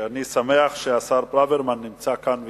שהשר ברוורמן נמצא כאן וישיב,